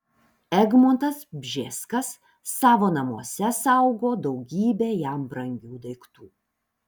egmontas bžeskas savo namuose saugo daugybę jam brangių daiktų